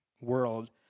world